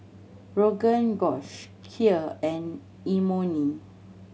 Rogan Josh Kheer and Imoni